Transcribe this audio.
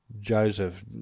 Joseph